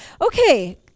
Okay